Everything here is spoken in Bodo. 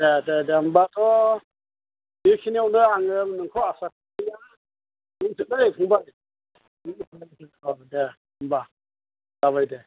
दे दे दे होमबाथ' बेखिनियावनो आङो नोंखौ आसा खालामबाय दोननोसै दे फंबाइ अ दे होमबा जाबाय दे